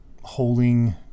Holding